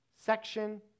section